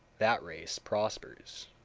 that race prospers.